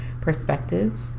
perspective